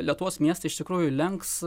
lietuvos miestai iš tikrųjų lenks